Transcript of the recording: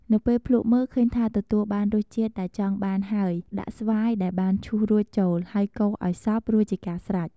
នៅពេលភ្លក់មើលឃើញថាទទួលបានរសជាតិដែលចង់បានហើយដាក់ស្វាយដែលបានឈូសរួចចូល ហើយកូរឱ្យសព្វរួចជាការស្រេច។